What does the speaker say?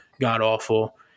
god-awful